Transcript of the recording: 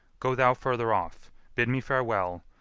go thou further off bid me farewell,